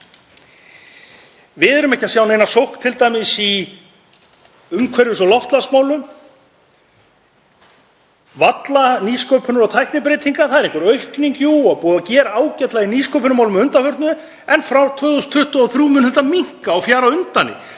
Við erum ekki að sjá neina sókn t.d. í umhverfis- og loftslagsmálum, varla í nýsköpun og tæknibreytingum. Það er einhver aukning, jú, og búið að gera ágætlega í nýsköpunarmálum að undanförnu en frá 2023 mun það minnka og fjara undan